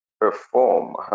perform